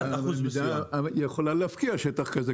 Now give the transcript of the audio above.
המדינה יכולה להפקיע שטח כזה,